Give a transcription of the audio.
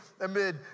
amid